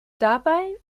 dabei